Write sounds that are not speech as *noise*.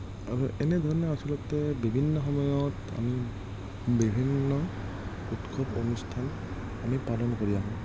*unintelligible* এনেধৰণে আচলতে বিভিন্ন সময়ত আমি বিভিন্ন উৎসৱ অনুষ্ঠান আমি পালন কৰি আহোঁ